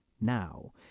now